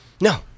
No